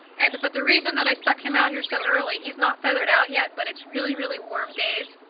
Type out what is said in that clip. and but the reason that i stuck him out here so early. he's not feathered out yet but it's really really warm days.